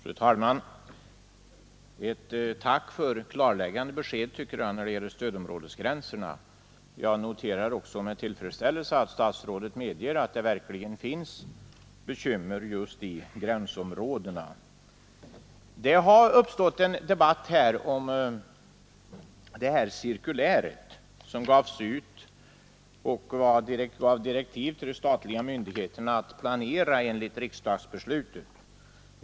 Fru talman! Jag vill framföra ett tack för ett klarläggande besked när det gäller stödområdesgränserna. Jag noterar också med tillfredsställelse att statsrådet medger att det verkligen finns bekymmer just i gränsområdena. Det har uppstått en debatt om det cirkulär som gavs ut för att de statliga myndigheterna skulle kunna planera enligt riksdagsbeslutet.